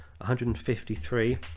153